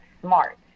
smart